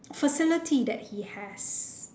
facility that he has